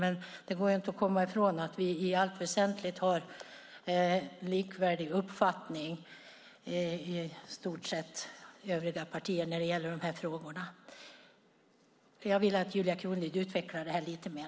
Men det går inte att komma ifrån att vi i övriga partier i stort sett och i allt väsentligt har samma uppfattning i dessa frågor. Jag vill att Julia Kronlid utvecklar det hela lite mer.